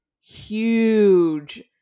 huge